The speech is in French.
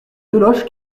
deloche